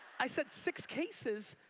i said, six cases?